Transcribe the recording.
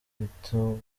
biteguraga